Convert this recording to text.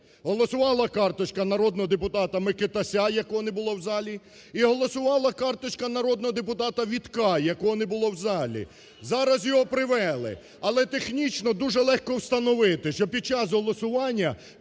Голосувала карточка народного депутата Микитася, якого не було в залі. І голосувала карточка народного депутата Вітка, якого не було в залі, зараз його привели. Але технічно дуже легко установити, що під час голосування